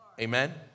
Amen